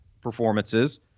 performances